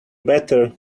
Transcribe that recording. better